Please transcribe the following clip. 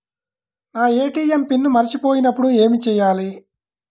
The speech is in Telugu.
నా ఏ.టీ.ఎం పిన్ మరచిపోయినప్పుడు ఏమి చేయాలి?